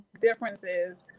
differences